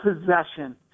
possession